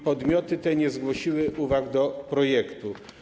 Podmioty te nie zgłosiły uwag do projektu.